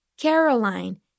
Caroline